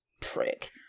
prick